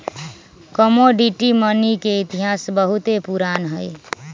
commodity money के इतिहास बहुते पुरान हइ